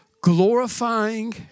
glorifying